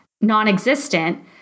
non-existent